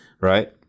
right